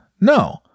No